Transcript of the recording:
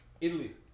Italy